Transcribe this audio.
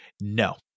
no